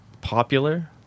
popular